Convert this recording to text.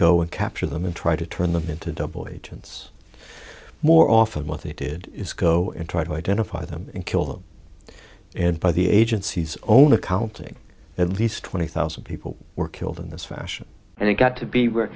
go and capture them and try to turn them into double agents more often what they did is go and try to identify them and kill them and by the agency's own accounting at least twenty thousand people were killed in this fashion and it got to be